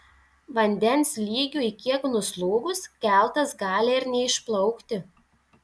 vandens lygiui kiek nuslūgus keltas gali ir neišplaukti